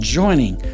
joining